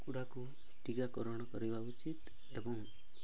କକୁଡ଼ାକୁ ଟିକାକରଣ କରିବା ଉଚିତ୍ ଏବଂ